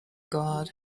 got